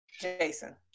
Jason